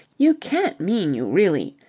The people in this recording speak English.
you can't mean you really.